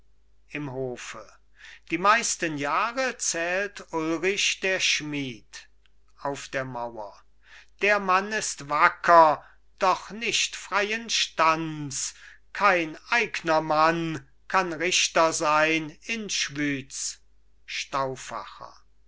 im hofe die meisten jahre zählt ulrich der schmied auf der mauer der mann ist wacker doch nicht freien stands kein eigner mann kann richter sein in